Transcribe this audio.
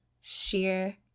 Sheer